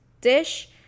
dish